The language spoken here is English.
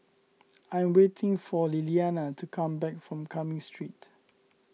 I am waiting for Liliana to come back from Cumming Street